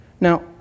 Now